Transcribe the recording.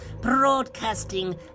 broadcasting